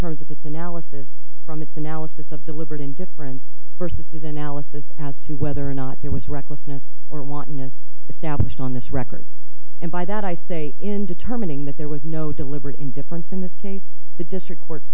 terms of its analysis from its analysis of deliberate indifference versus his analysis as to whether or not there was recklessness or wantonness established on this record and by that i say in determining that there was no deliberate indifference in this case the district courts